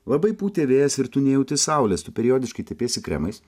labai pūtė vėjas ir tu nejauti saulės tu periodiškai tepiesi kremais